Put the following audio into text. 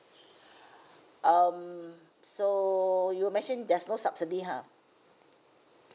um so you mentioned there's no subsidy ha